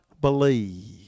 believe